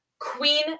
queen